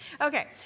Okay